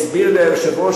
הסביר לי היושב-ראש,